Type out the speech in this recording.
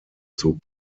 zog